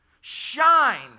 shine